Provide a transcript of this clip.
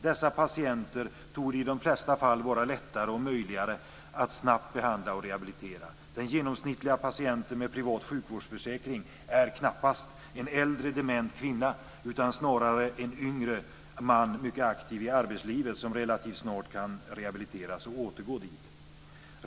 Dessa patienter torde i de flesta fall vara lättare och möjligare att snabbt behandla och rehabilitera. Den genomsnittliga patienten med privat sjukvårdsförsäkring är knappast en äldre dement kvinna, utan snarare en yngre man som är mycket aktiv i arbetslivet och som relativt snart kan rehabiliteras och återgå dit.